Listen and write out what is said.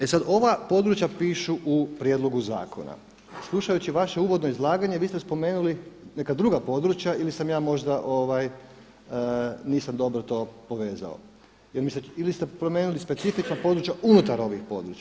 E sad, ova područja pišu u prijedlogu zakona, slušajući vaše uvodno izlaganje vi ste spomenuli neka druga područja ili sam ja možda nisam dobro to povezao ili ste promijenili specifična područja unutar ovih područja?